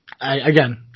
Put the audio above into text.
again